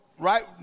right